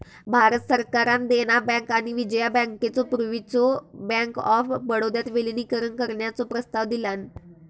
भारत सरकारान देना बँक आणि विजया बँकेचो पूर्वीच्यो बँक ऑफ बडोदात विलीनीकरण करण्याचो प्रस्ताव दिलान